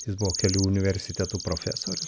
jis buvo kelių universitetų profesorius